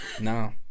no